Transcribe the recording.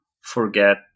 forget